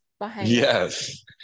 Yes